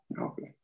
Okay